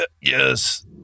Yes